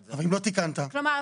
כלומר,